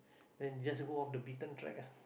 then just go off the beaten track lah